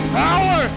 power